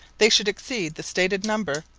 they should exceed the stated number,